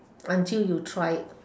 until you try it